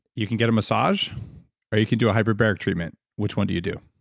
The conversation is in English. you can get a massage or you can do a hyperbaric treatment. which one do you do?